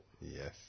Yes